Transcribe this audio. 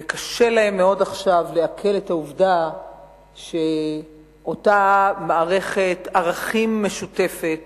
וקשה להם מאוד עכשיו לעכל את העובדה שאותה מערכת ערכים משותפת